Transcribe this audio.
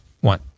one